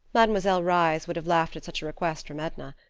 mademoiselle reisz would have laughed at such a request from edna.